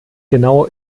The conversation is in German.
genau